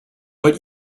but